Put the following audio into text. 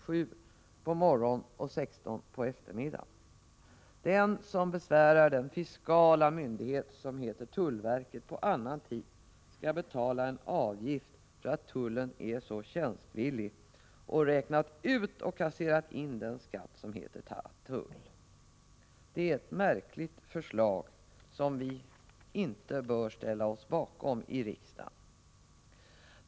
7.00 på Morgonen och 16.00 på eftermiddagen: Den Tullförrättningsavsom besvärar den fiskala myndighet som heter tullverket på annan tid skall ; betala en avgift för att tullen är så tjänstvillig att den räknar ut och kasserar in den skatt som heter tull. Det är ett underligt förslag som vi inte bör ställa oss bakom i riksdagen.